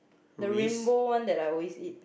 the rainbow one that I always eat